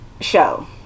show